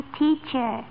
teacher